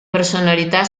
personalità